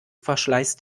verschleißt